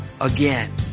again